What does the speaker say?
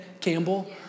Campbell